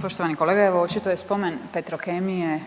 Poštovani kolega, očito je spomen Petrokemije